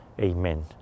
Amen